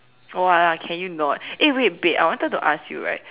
for what lah can you not eh wait babe I wanted to ask you right